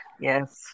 yes